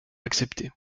accepter